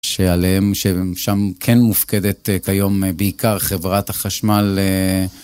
שעליהם שם כן מופקדת כיום בעיקר חברת החשמל